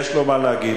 יש לו מה להגיד,